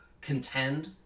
contend